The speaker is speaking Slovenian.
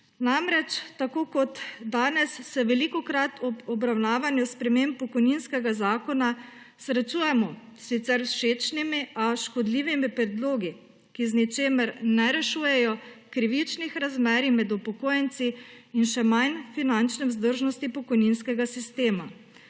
Tako kot danes se velikokrat ob obravnavanju sprememb pokojninskega zakona srečujemo s sicer všečnimi, a škodljivimi predlogi, ki z ničemer ne rešujejo krivičnih razmerij med upokojenci in še manj finančne vzdržnosti pokojninskega sistema.